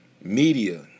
media